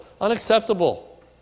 unacceptable